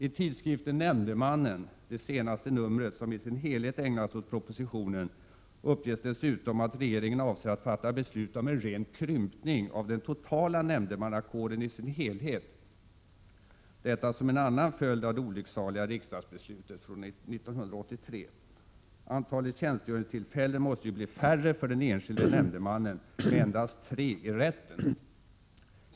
I tidskriften Nämndemannendet senaste numret som i sin helhet ägnas åt propositionen — uppges dessutom, att regeringen avser att fatta beslut om en ren krympning av den totala nämndemannakåren i sin helhet, detta som en annan följd av det olycksaliga riksdagsbeslutet från år 1983; antalet tjänstgöringstillfällen måste ju bli färre för den enskilde nämndemannen med endast tre i rätten.